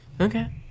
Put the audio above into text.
Okay